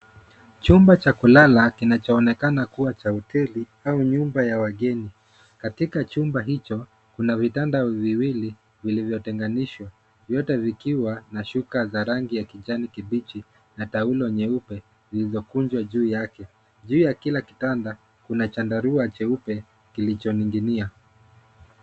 Chumba cha kulala kinachoonekana kuwa cha hoteli au nyumba ya wageni. Katika chumba hicho kuna vitanda viwili vilivyotenganishwa vyote vikiwa na shuka za rangi ya kijani kibichi na taulo nyeupe zilizokunjwa juu yake. Juu ya kila kitanda, kuna chandarua cheupe kilichoning'inia.